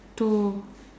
two